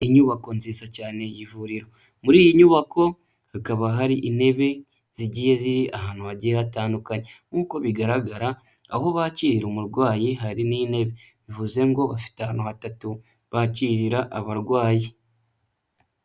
Inyubako nziza cyane y'ivuriro, muri iyi nyubako hakaba hari intebe zigiye ziri ahantu hagiye hatandukanye nk'uko bigaragara aho bakirira umurwayi hari n'intebe, bivuze ngo bafite ahantu hatatu bakirira abarwayi.